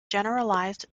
generalized